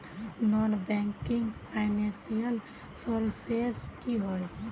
Non banking financial services की होय?